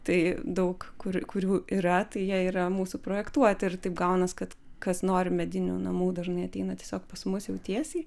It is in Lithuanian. tai daug kur kurių yra tai jie yra mūsų projektuoti ir taip gaunas kad kas nori medinių namų dažnai ateina tiesiog pas mus jau tiesiai